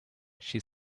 she